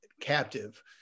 captive